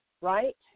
right